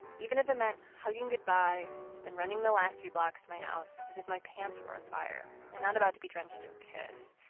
even if it meant hugging goodbye then running the last few blocks to my house as if my pants were on fire and not about to be drenched in piss,